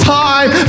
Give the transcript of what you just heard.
time